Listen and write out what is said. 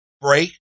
break